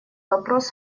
вопрос